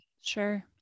Sure